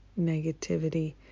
negativity